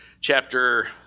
chapter